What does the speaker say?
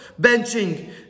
benching